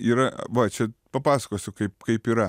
yra va čia papasakosiu kaip kaip yra